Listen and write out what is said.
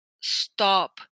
stop